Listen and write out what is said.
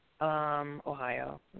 Ohio